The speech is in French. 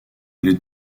les